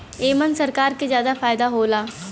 एमन सरकार के जादा फायदा होला